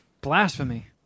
Blasphemy